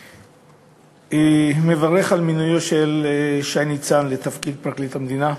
אני מברך על מינויו של שי ניצן לתפקיד פרקליט המדינה,